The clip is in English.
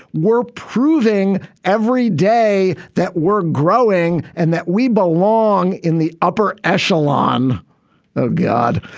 we're proving every day that we're growing and that we belong in the upper echelon of god.